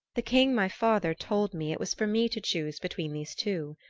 the king, my father, told me it was for me to choose between these two.